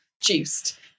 juiced